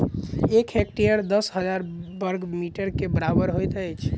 एक हेक्टेयर दस हजार बर्ग मीटर के बराबर होइत अछि